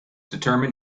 determine